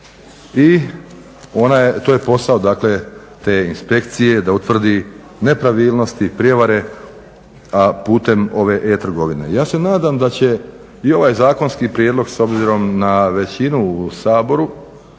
i to je posao dakle te inspekcije da utvrdi nepravilnosti, prijevare putem ove e trgovine. Ja se nadam da će i ovaj zakonski prijedlog s obzirom na većinu u Saboru